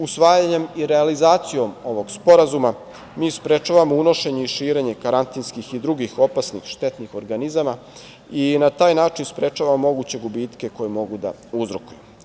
Usvajanjem i realizacijom ovog sporazuma mi sprečavamo unošenje i širenje karantinskih i drugih opasnih štetnih organizama i na taj način sprečava moguće gubitke koje mogu da uzrokuju.